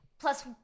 Plus